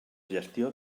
gestió